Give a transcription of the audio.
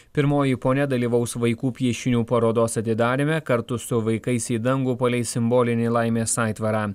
pirmoji ponia dalyvaus vaikų piešinių parodos atidaryme kartu su vaikais į dangų paleis simbolinį laimės aitvarą